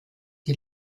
die